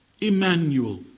Emmanuel